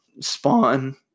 spawn